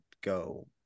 go